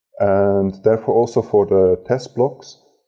and therefore also for the test blocks.